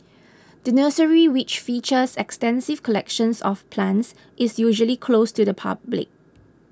the nursery which features extensive collections of plants is usually closed to the public